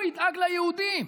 הוא ידאג ליהודים,